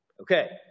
Okay